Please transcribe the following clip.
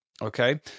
Okay